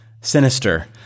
sinister